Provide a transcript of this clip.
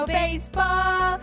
baseball